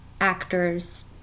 actors